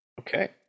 Okay